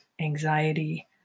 anxiety